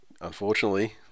unfortunately